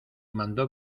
mandó